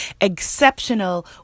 exceptional